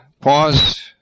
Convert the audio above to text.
pause